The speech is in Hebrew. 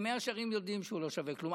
במאה שערים יודעים שהוא לא שווה כלום.